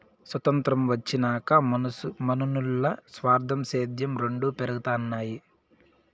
సొతంత్రం వచ్చినాక మనునుల్ల స్వార్థం, సేద్యం రెండు పెరగతన్నాయి